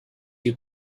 you